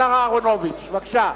השר אהרונוביץ, בבקשה.